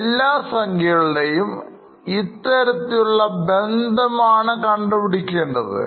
എല്ലാ സംഖ്യകളുടെയും ഇത്തരത്തിലുള്ള ബന്ധമാണ് കണ്ടുപിടിക്കേണ്ടത്